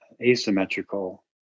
asymmetrical